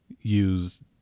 use